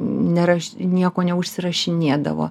neraš nieko neužsirašinėdavo